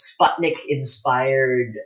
Sputnik-inspired